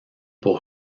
pour